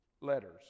letters